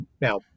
Now